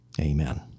Amen